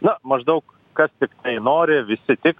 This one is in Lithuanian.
na maždaug kas tiktai nori visi tiks